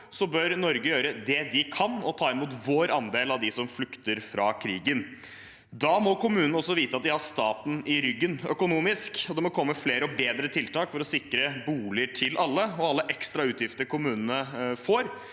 vi i Norge gjøre det vi kan, og ta imot vår andel av dem som flykter fra krigen. Da må kommunene vite at de har staten i ryggen økonomisk. Det må komme flere og bedre tiltak for å sikre boliger til alle, og alle ekstra utgifter kommunene får,